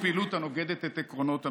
פעילות הנוגדת את עקרונות המדינה.